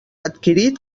adquirit